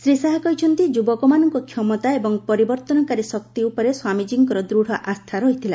ଶ୍ରୀ ଶାହା କହିଛନ୍ତି ଯୁବକମାନଙ୍କ କ୍ଷମତା ଏବଂ ପରିବର୍ତ୍ତନକାରୀ ଶକ୍ତି ଉପରେ ସ୍ୱାମୀଜୀଙ୍କର ଦୃଢ଼ ଆସ୍ଥା ଥିଲା